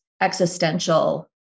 existential